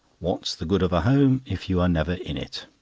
what's the good of a home, if you are never in it?